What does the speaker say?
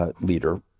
leader